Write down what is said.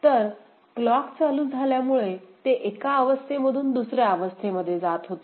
तर क्लॉक चालू झाल्यामुळे ते एका अवस्थेमधून दुसर्या अवस्थेमध्ये जात होते